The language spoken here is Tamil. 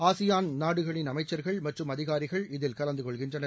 ஆசியான் நாடுகளின் அமைச்சர்கள் மற்றும் அதிகாரிகள் இதில் கலந்து கொள்கின்றனர்